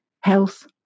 health